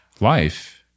life